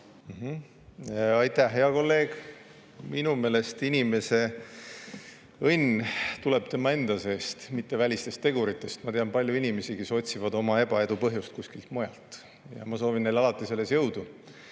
Aitäh, hea kolleeg! Minu meelest tuleb inimese õnn tema enda seest, see ei tulene välistest teguritest. Ma tean paljusid inimesi, kes otsivad oma ebaedu põhjust kusagilt mujalt. Ma soovin neile alati selles jõudu.